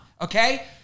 okay